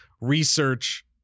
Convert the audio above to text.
research